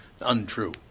untrue